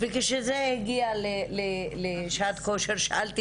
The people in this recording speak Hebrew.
כשזה הגיע לשעת כושר שאלתי